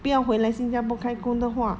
不要回来新加坡开工的话